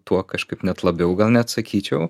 tuo kažkaip net labiau gal net sakyčiau